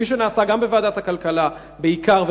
כפי שנעשה בוועדת הכלכלה בעיקר,